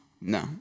No